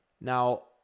Now